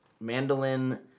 Mandolin